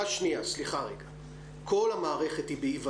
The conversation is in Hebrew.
כל המערכת היא באי ודאות,